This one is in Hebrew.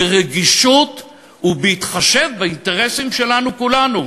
ברגישות ובהתחשב באינטרסים שלנו כולנו.